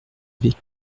avait